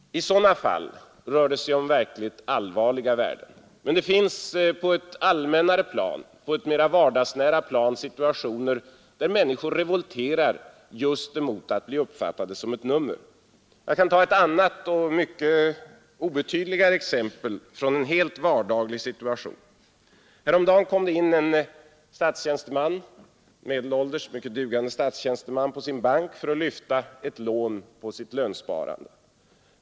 I sådana fall rör det sig om verkligt allvarliga värden, men det finns på ett allmännare plan, på ett mera vardagsnära plan situationer där människor revolterar just emot att bli uppfattade som ett nummer. Jag kan ta ett annat och mycket obetydligare exempel från en helt vardaglig situation. Häromdagen kom en medelålders dugande statstjänsteman in på sin bank för att lyfta ett lån på sitt lönsparande.